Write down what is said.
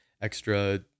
extra